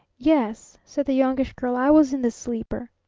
yes, said the youngish girl. i was in the sleeper.